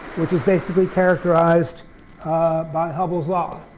which is basically characterized by hubble's law.